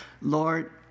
Lord